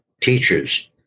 teachers